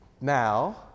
Now